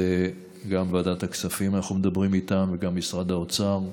אנחנו מדברים גם עם ועדת הכספים וגם עם משרד האוצר,